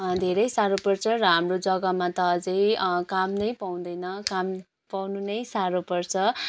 धेरै साह्रो पर्छ र हाम्रो जग्गामा त अझै काम नै पाउँदैन काम पाउनु नै साह्रो पर्छ